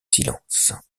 silence